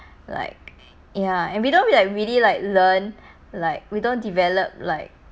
like ya and we don't really like really like learn like we don't develop like